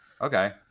Okay